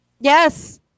Yes